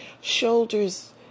shoulders